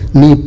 ni